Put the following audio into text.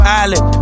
island